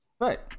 Right